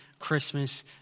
Christmas